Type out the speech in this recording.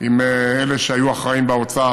עם אלה שהיו אחראים באוצר,